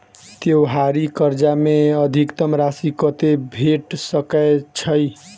त्योहारी कर्जा मे अधिकतम राशि कत्ते भेट सकय छई?